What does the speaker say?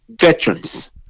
veterans